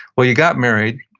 well, you got married,